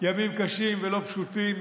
ימים קשים ולא פשוטים.